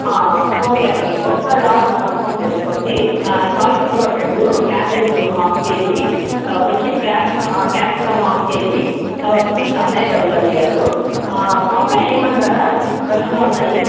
okay అండీ ఒకసారి order confirm చేసుకోండి కాలి ఫ్లవర్ రెండు క్యాబేజి హాఫ్ కేజీ తర్వాతొచ్చి క్యా క్యాప్సికమ్ హాఫ్ కేజీ తర్వాతొచ్చి టమాటోలడిగారు వంకాయలు వేయమంటారా ఫ్రెష్గా ఉన్నాయి